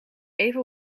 even